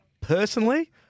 Personally